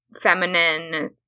feminine